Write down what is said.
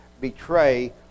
betray